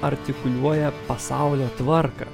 artikuliuoja pasaulio tvarką